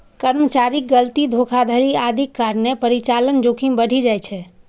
कर्मचारीक गलती, धोखाधड़ी आदिक कारणें परिचालन जोखिम बढ़ि जाइ छै